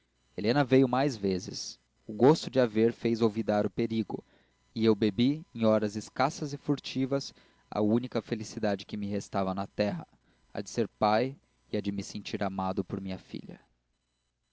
helena veio mais vezes o gosto de a ver fez olvidar o perigo e eu bebi em horas escassas e furtivas a única felicidade que me restava na terra a de ser pai e a de me sentir amado por minha filha